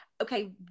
Okay